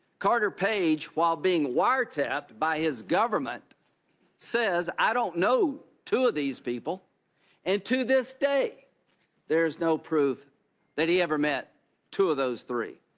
carter page, while being wiretapped by his government says i don't know two of these people and to this day there is no proof that he ever met two of those three.